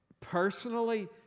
personally